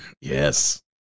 yes